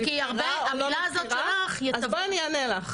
כי המילה הזאת שלך --- אז אני אענה לך,